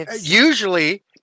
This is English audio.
Usually